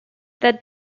that